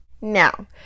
now